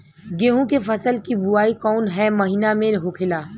गेहूँ के फसल की बुवाई कौन हैं महीना में होखेला?